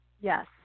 Yes